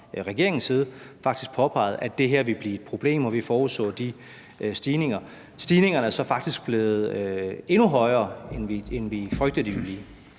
regeringens side faktisk påpegede, at det her ville blive et problem, og vi forudså de stigninger. Stigningerne er så faktisk blevet endnu større, end vi frygtede, de ville blive.